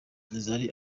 zari